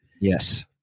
Yes